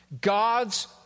God's